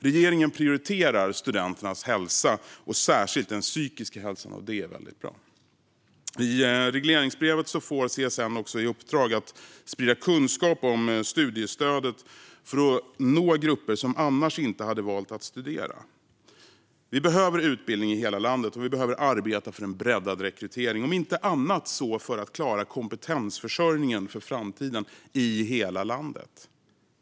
Regeringen prioriterar studenternas hälsa, särskilt den psykiska hälsan, och det är väldigt bra. I regleringsbrevet får CSN också i uppdrag att sprida kunskap om studiestödet för att nå grupper som annars inte hade valt att studera. Vi behöver utbildning i hela landet, och vi behöver arbeta för en breddad rekrytering - om inte annat för att klara kompetensförsörjningen för framtiden i hela landet.